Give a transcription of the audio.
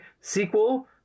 sequel